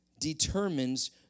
determines